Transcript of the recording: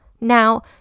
Now